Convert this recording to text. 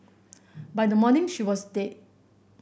by the morning she was dead